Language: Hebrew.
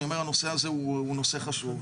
אני אומר שהנושא הזה הוא נושא חשוב,